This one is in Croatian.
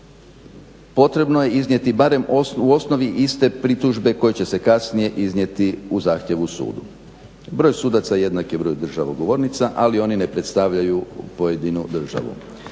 potrebno je iznijeti barem u osnovi iste pritužbe koje će se kasnije iznijeti u zahtjevu sudu. Broj sudaca jednak je broju država ugovornica, ali oni ne predstavljaju pojedinu državu.